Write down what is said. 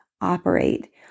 operate